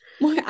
more